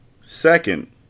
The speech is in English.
Second